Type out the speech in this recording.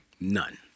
None